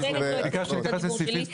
אני נותנת לו את זכות שלי,